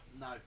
No